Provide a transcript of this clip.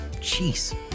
Cheese